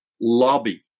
lobby